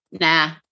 Nah